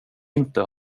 inte